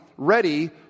ready